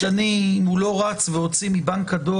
לא,